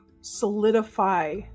solidify